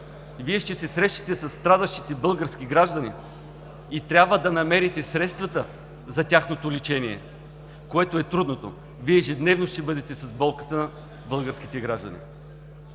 Вие ще се срещнете със страдащите български граждани и трябва да намерите средствата за тяхното лечение, което е трудното. Вие ежедневно ще бъдете с болката на българските граждани.